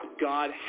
God